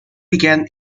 begin